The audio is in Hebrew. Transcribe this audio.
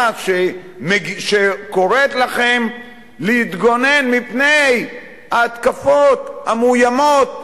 שקוראת לכם להתגונן מפני ההתקפות המאיימות,